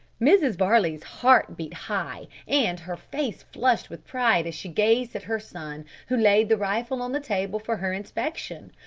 mrs varley's heart beat high, and her face flushed with pride as she gazed at her son, who laid the rifle on the table for her inspection,